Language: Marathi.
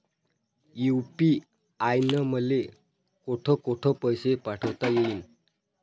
यू.पी.आय न मले कोठ कोठ पैसे पाठवता येईन?